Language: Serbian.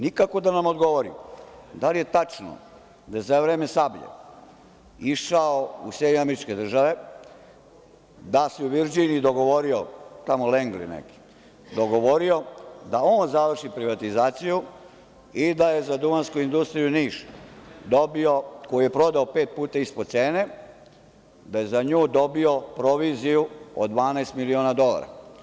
Nikako da nam odgovori da li je tačno da je za vreme „Sablje“ išao u SAD, da se u Virdžiniji dogovorio, tamo Lengli neki, da on završio privatizaciju i da je za Duvansku industriju Niš, koju je prodao pet puta ispod cene, dobio proviziju od 12 miliona dolara.